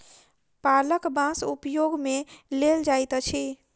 पाकल बाँस उपयोग मे लेल जाइत अछि